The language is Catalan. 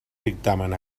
dictamen